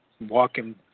walking